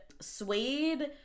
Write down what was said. suede